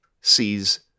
sees